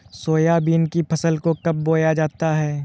Soybean की फसल को कब बोया जाता है?